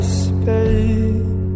space